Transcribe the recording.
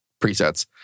presets